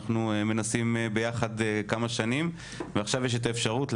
אנחנו מנסים ביחד כמה שנים ועכשיו יש את האפשרות,